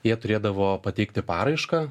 jie turėdavo pateikti paraišką